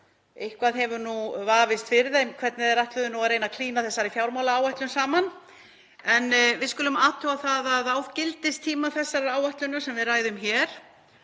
eitthvað hefur nú vafist fyrir þeim hvernig þeir ætluðu að reyna að klína þessari fjármálaáætlun saman. Við skulum athuga að á gildistíma þessarar áætlunar sem við ræðum hér